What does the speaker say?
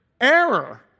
error